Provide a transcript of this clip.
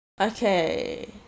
okay